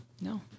no